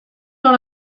dans